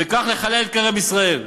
וכך לחלל כרם ישראל,